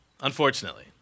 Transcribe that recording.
unfortunately